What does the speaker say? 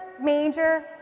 major